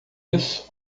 isso